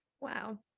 wow